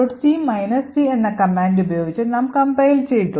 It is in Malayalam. c c എന്ന കമാൻഡ് ഉപയോഗിച്ച് നാം കംപൈൽ ചെയ്യുന്നു